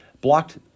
blocked